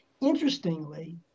Interestingly